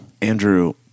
Andrew